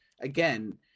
again